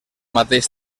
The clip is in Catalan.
mateix